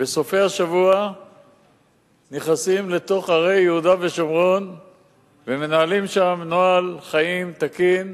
נכנסים בסופי השבוע לתוך ערי יהודה ושומרון ומנהלים שם נוהל חיים תקין,